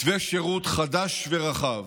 מתווה שירות חדש ורחב